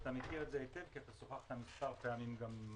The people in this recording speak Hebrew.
אתה מכיר את זה היטב כי שוחחת מספר פעמים עם השר.